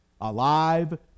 alive